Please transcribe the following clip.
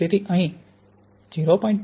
તેથી અહીં 0